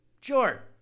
sure